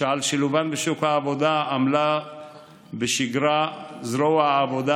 שעל שילובן בשוק העבודה עמלה בשגרה זרוע העבודה